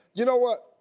you know what,